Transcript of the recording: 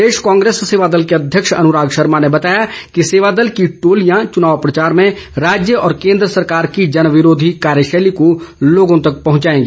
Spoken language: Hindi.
प्रदेश कांग्रेस सेवा दल के अध्यक्ष अनुराग शर्मा ने बताया कि सेवादल की टोलियां चुनाव प्रचार में राज्य व केंद्र सरकार की जनविरोधी कार्यशैली को लोगों तक पहुंचाएगी